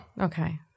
Okay